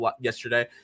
yesterday